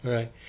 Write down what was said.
Right